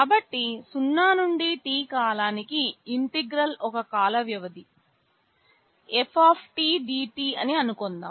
కాబట్టి 0 నుండి T కాలానికి ఇంటిగ్రల్ ఒక కాల వ్యవధి f dt అని అనుకొందాం